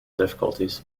difficulties